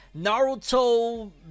naruto